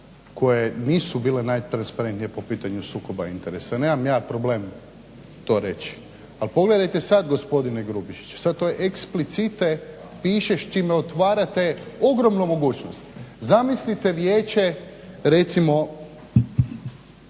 koje nisu bile najtransparentnije po pitanju sukoba interesa. Nemam ja problem to reći, ali pogledajte sad gospodine Grubišić. Sad to eksplicite piše s čime otvarate ogromnu mogućnost. Zamislite vijeće recimo